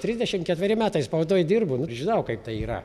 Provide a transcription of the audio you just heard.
trisdešim ketveri metai spaudoj dirbu nu žinau kaip tai yra